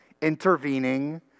intervening